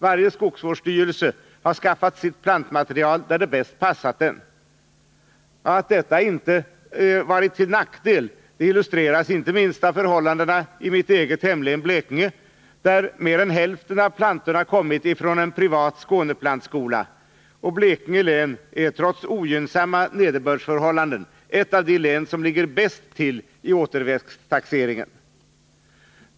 Varje skogsvårdsstyrelse har skaffat sitt plantmaterial där det bäst passat den. Att detta inte varit till nackdel illustreras inte minst av förhållandena i mitt eget hemlän Blekinge, där mer än hälften av plantorna kommit från en privat Skåneplantskola. Blekinge län är trots ogynnsamma nederbördsförhållanden ett av de län som ligger bäst till i återväxttaxeringen.